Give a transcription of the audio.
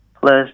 Plus